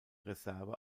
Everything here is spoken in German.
reserve